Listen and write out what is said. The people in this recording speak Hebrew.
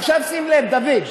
עכשיו, שים לב, דוד,